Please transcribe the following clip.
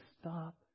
stop